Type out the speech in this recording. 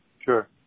Sure